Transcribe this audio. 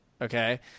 okay